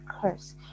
curse